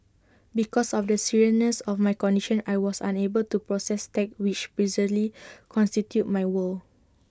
because of the seriousness of my condition I was unable to process text which previously constituted my world